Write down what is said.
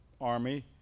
army